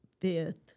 fifth